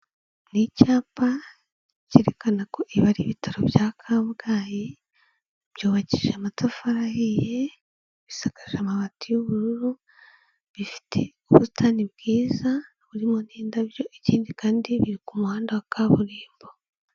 Ni icyapa cyerekana ko ibi ari ibitaro bya Kabgayi, byubakije amatafari ahiye, bisakaje amabati y'ubururu, bifite ubusitani bwiza burimo n'indabyo, ikindi kandi biri ku muhanda wa kaburimbo.